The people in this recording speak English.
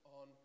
on